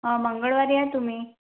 हा मंगळवारी या तुम्ही